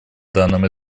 данном